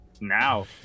now